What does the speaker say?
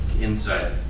inside